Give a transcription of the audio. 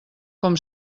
com